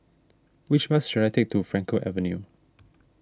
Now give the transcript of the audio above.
which bus should I take to Frankel Avenue